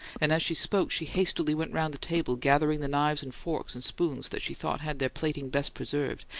and as she spoke she hastily went round the table, gathering the knives and forks and spoons that she thought had their plating best preserved,